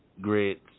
grits